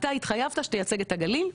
אתה התחייבת שתייצג את הגליל.